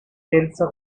elsa